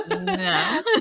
No